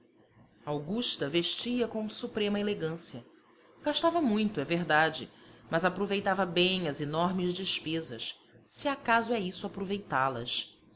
augusta vestia com suprema elegância gastava muito é verdade mas aproveitava bem as enormes despesas se acaso é isso aproveitá las